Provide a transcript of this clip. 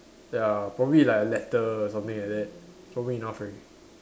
ya probably like a letter or something like that for me enough already